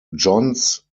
johns